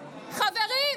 חברים,